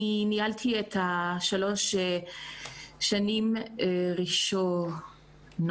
אני ניהלתי במשך שלוש השנים הראשונות